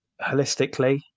holistically